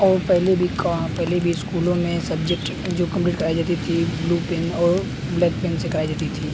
और पहले भी पहले भी इस्कूलों में सब्जेक्ट जो कंप्लीट कराई जाती थी ब्लू पेन और ब्लैक पेन से कराई जाती थी